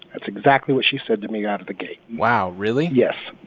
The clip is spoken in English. that's exactly what she said to me out of the gate wow. really? yes.